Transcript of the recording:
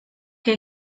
que